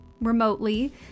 remotely